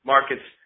Markets